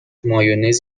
مایونز